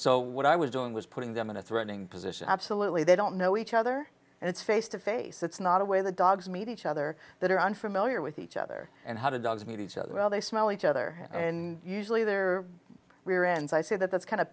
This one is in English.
so what i was doing was putting them in a threatening position absolutely they don't know each other and it's face to face it's not a way the dogs meet each other that are unfamiliar with each other and how to dogs meet each other while they smell each other and usually their rear ends i say that that's